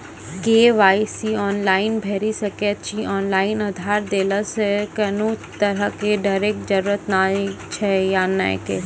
KYC online भैरि सकैत छी, ऑनलाइन आधार देलासॅ कुनू तरहक डरैक जरूरत छै या नै कहू?